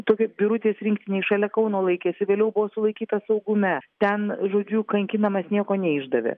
tokioj birutės rinktinėj šalia kauno laikėsi vėliau buvo sulaikytas saugume ten žodžiu kankinamas nieko neišdavė